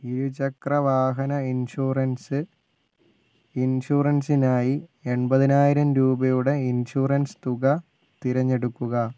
ഇരുചക്ര വാഹന ഇൻഷുറൻസ് ഇൻഷുറൻസിനായി എൺപതിനായിരം രൂപയുടെ ഇൻഷുറൻസ് തുക തിരഞ്ഞെടുക്കുക